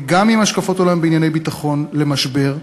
גם השקפות עולם בענייני ביטחון, למשבר.